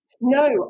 No